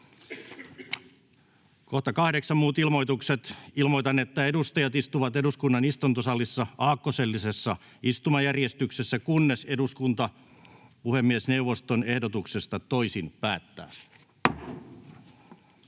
2023 valtiopäivien ajaksi. Ilmoitan, että edustajat istuvat eduskunnan istuntosalissa aakkosellisessa istumajärjestyksessä, kunnes eduskunta puhemiesneuvoston ehdotuksesta toisin päättää.